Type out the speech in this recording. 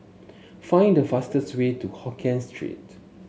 find the fastest way to Hokien Street